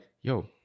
yo